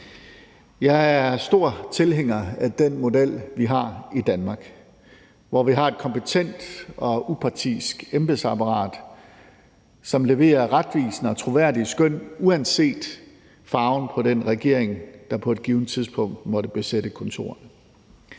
Jeg er stor tilhænger af den model, vi har i Danmark, hvor vi har et kompetent og upartisk embedsapparat, som leverer retvisende og troværdige skøn uanset farven på den regering, der på et givent tidspunkt måtte besætte kontorerne,